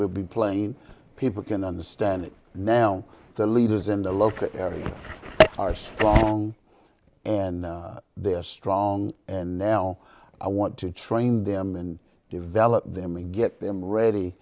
will be plain people can understand it now the leaders in the local area are so long and they're strong and now i want to train them and develop them and get them ready